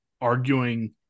arguing